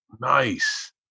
Nice